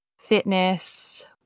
fitness